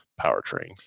powertrain